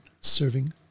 serving